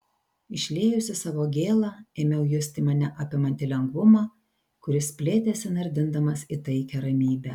išliejusi savo gėlą ėmiau justi mane apimantį lengvumą kuris plėtėsi nardindamas į taikią ramybę